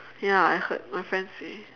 ya I heard my friend say